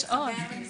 יש לי עוד מלא.